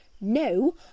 No